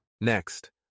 Next